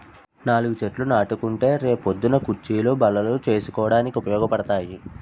నాలుగు చెట్లు నాటుకుంటే రే పొద్దున్న కుచ్చీలు, బల్లలు చేసుకోడానికి ఉపయోగపడతాయి